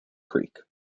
creek